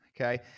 okay